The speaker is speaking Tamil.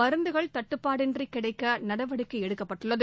மருந்துகள் தட்டுப்பாடின்றி கிடைக்க நடவடிக்கை எடுக்கப்பட்டுள்ளது